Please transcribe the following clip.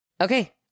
Okay